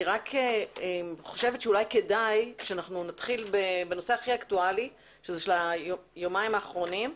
אני חושבת שאולי כדאי שנתחיל בנושא הכי אקטואלי של היומיים האחרונים.